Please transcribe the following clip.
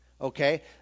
Okay